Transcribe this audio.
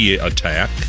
attack